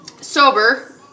sober